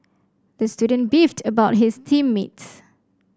the student beefed about his team mates